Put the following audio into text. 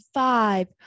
five